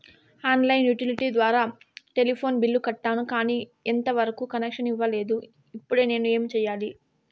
On line utility ద్వారా telephone bill కట్టాను, కానీ ఎంత వరకు కనెక్షన్ ఇవ్వలేదు, ఇప్పుడు నేను ఏమి సెయ్యాలి?